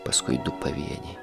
paskui du pavieniai